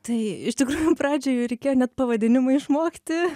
tai iš tikrųjų pradžioj reikėjo net pavadinimą išmokti